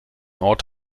ort